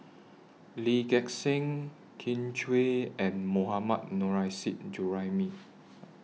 Lee Gek Seng Kin Chui and Mohammad Nurrasyid Juraimi